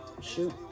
shoot